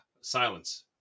silence